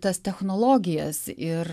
tas technologijas ir